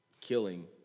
killing